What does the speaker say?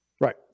Right